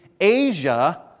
Asia